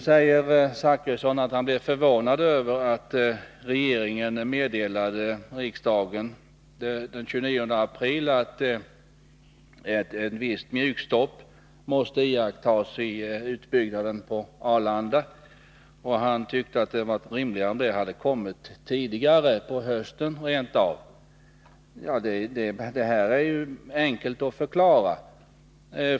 Bertil Zachrisson säger att han blev förvånad över att regeringen meddelade riksdagen den 29 april att ett visst mjukstopp måste iakttas i utbyggnaden på Arlanda. Han tyckte att det hade varit rimligare om det hade kommit tidigare, på hösten rent av. Det här är enkelt att förklara.